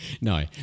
No